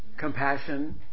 Compassion